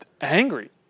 Angry